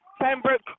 Pembroke